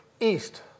east